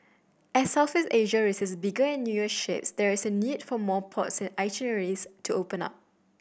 as Southeast Asia receives bigger and newer ships there is a need for more ports and itineraries to open up